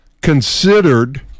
considered